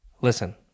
listen